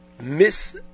miss